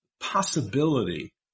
possibility